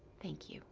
thank you